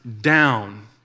down